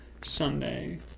Sunday